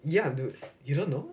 ya dude you don't know